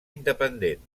independent